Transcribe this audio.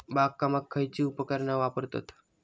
बागकामाक खयची उपकरणा वापरतत?